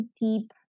deep